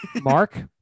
Mark